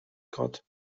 god